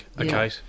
Okay